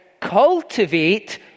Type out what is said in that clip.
Cultivate